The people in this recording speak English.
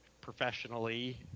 professionally